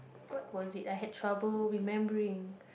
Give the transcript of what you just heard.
what was it I had trouble remembering